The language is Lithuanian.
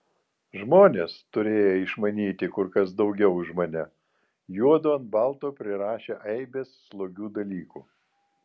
žmonės turėję išmanyti kur kas daugiau už mane juodu ant balto prirašė aibes slogių dalykų